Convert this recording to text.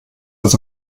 das